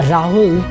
Rahul